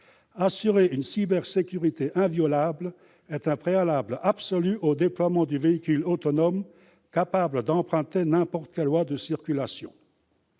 Assurer une cybersécurité inviolable est un préalable absolu au déploiement du véhicule autonome capable d'emprunter n'importe quelle voie de circulation.